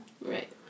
Right